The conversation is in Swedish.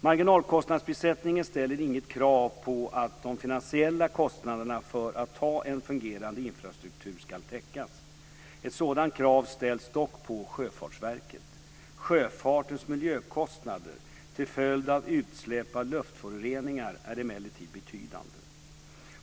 Marginalkostnadsprissättningen ställer inget krav på att de finansiella kostnaderna för att ha en fungerande infrastruktur ska täckas. Ett sådant krav ställs dock på Sjöfartsverket. Sjöfartens miljökostnader till följd av utsläpp av luftföroreningar är emellertid betydande.